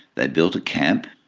they built a camp,